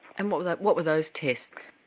and what what were those tests?